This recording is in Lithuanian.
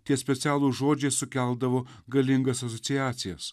tie specialūs žodžiai sukeldavo galingas asociacijas